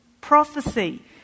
prophecy